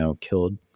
killed